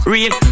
Real